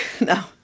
no